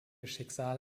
schicksal